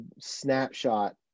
snapshot